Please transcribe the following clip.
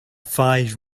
five